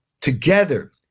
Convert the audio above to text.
together